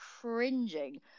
cringing